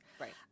right